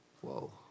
Whoa